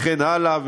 וכן הלאה,